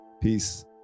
peace